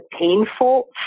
painful